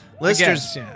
listeners